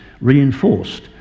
reinforced